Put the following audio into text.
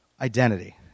identity